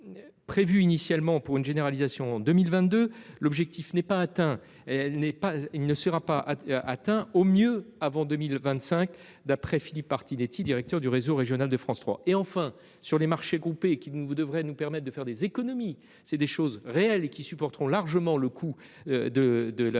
Prévu initialement pour une généralisation en 2022 l'objectif n'est pas atteint et elle n'est pas, il ne sera pas atteint au mieux avant 2025. D'après Philippe partie des directeur du réseau régional de France 3 et enfin sur les marchés qui ne vous devrait nous permettent de faire des économies, c'est des choses réelles et qui supporteront largement le coup de de la Holding.